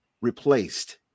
Replaced